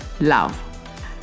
love